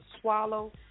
swallow